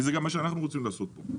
וזה גם מה שאנחנו רוצים לעשות פה.